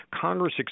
Congress